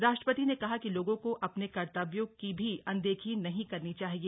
राष्ट्रपति ने कहा कि लोगों को अपने कर्तव्यों की भी अनदेखी नहीं करनी चाहिए